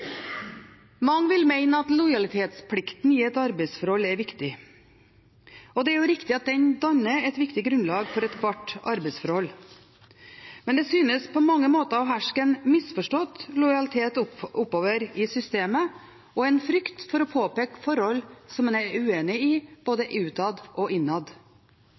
Mange vil mene at lojalitetsplikten i et arbeidsforhold er viktig, og det er jo riktig at den danner et viktig grunnlag for ethvert arbeidsforhold. Men det synes på mange måter å herske en misforstått lojalitet oppover i systemet og en frykt for å påpeke forhold som en er uenig i, både utad og innad.